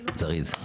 זריז.